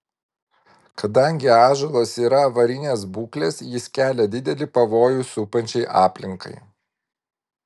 kadangi ąžuolas yra avarinės būklės jis kelia didelį pavojų supančiai aplinkai